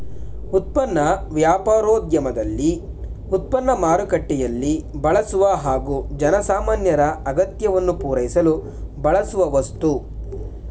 ಉತ್ಪನ್ನ ವ್ಯಾಪಾರೋದ್ಯಮದಲ್ಲಿ ಉತ್ಪನ್ನ ಮಾರುಕಟ್ಟೆಯಲ್ಲಿ ಬಳಸುವ ಹಾಗೂ ಜನಸಾಮಾನ್ಯರ ಅಗತ್ಯವನ್ನು ಪೂರೈಸಲು ಬಳಸುವ ವಸ್ತು